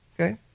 okay